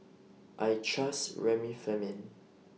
I Trust Remifemin